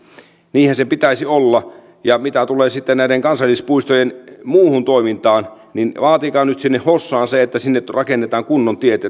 niinhän sen pitäisi olla mitä sitten tulee näiden kansallispuistojen muuhun toimintaan niin vaatikaa nyt sitten että sinne hossaan rakennetaan kunnon tiet